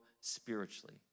spiritually